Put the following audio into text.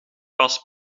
past